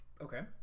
Okay